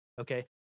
Okay